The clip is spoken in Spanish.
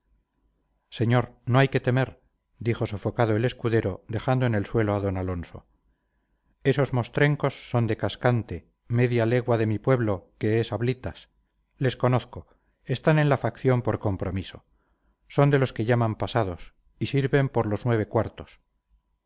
señor no hay que temer dijo sofocado el escudero dejando en el suelo a d alonso esos mostrencos son de cascante media legua de mi pueblo que es ablitas les conozco están en la facción por compromiso son de los que llaman pasados y sirven por los nueve cuartos